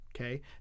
Okay